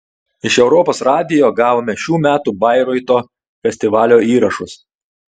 iš europos radijo gavome šių metų bairoito festivalio įrašus